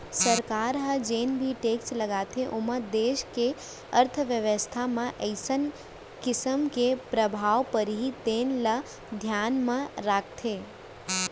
सरकार ह जेन भी टेक्स लगाथे ओमा देस के अर्थबेवस्था म कइसन किसम के परभाव परही तेन ल धियान म राखथे